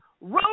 road